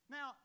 Now